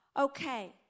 Okay